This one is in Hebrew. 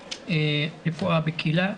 שירותי רפואה בקהילה,